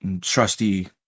trusty